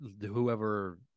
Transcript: whoever